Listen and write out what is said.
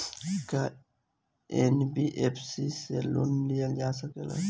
का एन.बी.एफ.सी से लोन लियल जा सकेला?